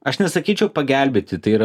aš nesakyčiau pagelbėti tai yra